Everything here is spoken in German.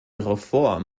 reform